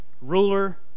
ruler